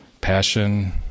passion